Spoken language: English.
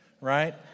right